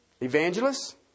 evangelists